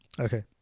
Okay